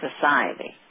society